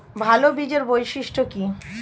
ভাল বীজের বৈশিষ্ট্য কী?